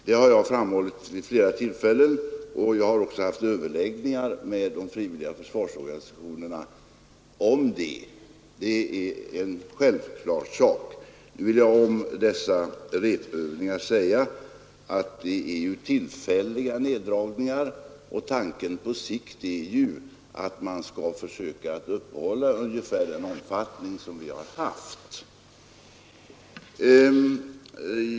Det har jag framhållit vid flera tillfällen, och jag har också haft överläggningar med de frivilliga försvarsorganisationerna om detta. Det är en självklar sak. Om dessa repövningar vill jag säga att det är tillfälliga nerdragningar, och tanken på sikt är att de skall kunna uppehållas i den omfattning som de tidigare haft.